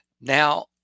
Now